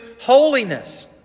holiness